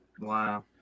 wow